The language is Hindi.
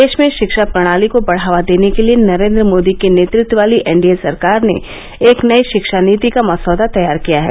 देश में शिक्षा प्रणाली को बढावा देने के लिए नरेन्द्र मोदी के नेतृत्व वाली एनडीए सरकार ने एक नई शिक्षा नीति का मसौदा तैयार किया है